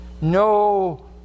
No